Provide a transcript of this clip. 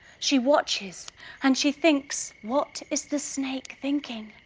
she watches and she thinks what is the snake thinking?